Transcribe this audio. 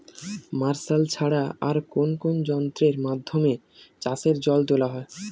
Martial ছাড়া আর কোন কোন যন্ত্রেরর মাধ্যমে চাষের জল তোলা হয়?